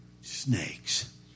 snakes